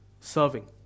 Serving